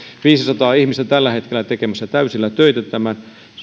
viisisataa ihmistä tällä hetkellä tekemässä täysillä töitä tämän